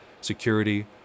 security